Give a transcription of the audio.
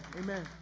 amen